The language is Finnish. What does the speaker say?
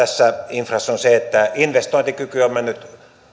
infrassa on se että investointikyky on mennyt